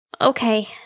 Okay